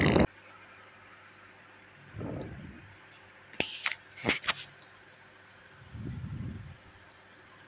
ಕೂಡಿಟ್ಟ ಗೋಧಿ ಮತ್ತು ಇತರ ಧಾನ್ಯಗಳ ಕೇಟಗಳಿಂದ ಮುಕ್ತಿಗೊಳಿಸಲು ಉಪಯೋಗಿಸುವ ಕೇಟನಾಶಕದ ನಿರ್ವಹಣೆಯ ಬಗ್ಗೆ ತಿಳಿಸಿ?